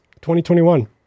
2021